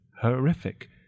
horrific